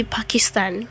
Pakistan